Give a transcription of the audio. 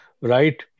right